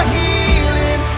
healing